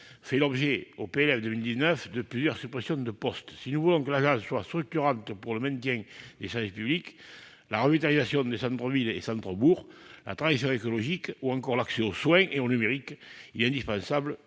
fait l'objet dans le PLF pour 2019 de plusieurs suppressions de poste. Si nous voulons que l'agence soit structurante pour le maintien des services publics, la revitalisation des centres-villes et centres-bourgs, la transition écologique, ou encore l'accès aux soins et au numérique, il est indispensable